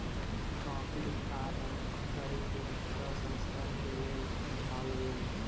coffee उत्पादन कय के प्रसंस्करण के लेल पठाओल गेल